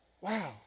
Wow